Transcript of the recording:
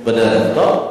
הוא בדרך, טוב.